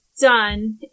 done